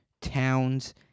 Towns